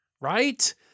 right